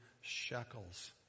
shekels